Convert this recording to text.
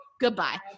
goodbye